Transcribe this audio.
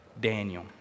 Daniel